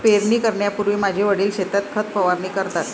पेरणी करण्यापूर्वी माझे वडील शेतात खत फवारणी करतात